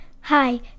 Hi